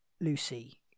Lucy